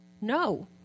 no